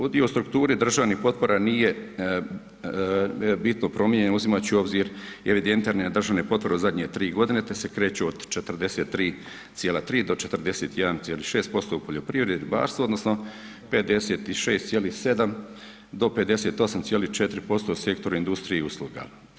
Udio u strukturi državnih potpora nije bitno promijenjen uzimajući u obzir evidentirane državne potpore zadnje tri godine te se kreću od 43,3 do 41,6% u poljoprivredi i ribarstvu odnosno 56,7 do 58,4% u sektoru industrije i usluga.